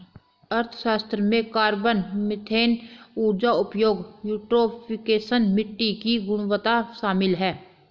अर्थशास्त्र में carbon, methane ऊर्जा उपयोग, यूट्रोफिकेशन, मिट्टी की गुणवत्ता शामिल है